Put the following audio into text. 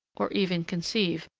or even conceive,